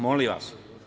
Molim vas.